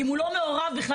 אם הוא לא מעורב בכלל,